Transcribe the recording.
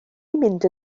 mynd